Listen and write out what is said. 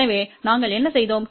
எனவே நாங்கள் என்ன செய்தோம்